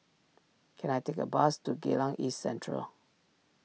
can I take a bus to Geylang East Central